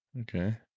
Okay